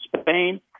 Spain